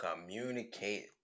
communicate